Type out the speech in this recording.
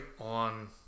on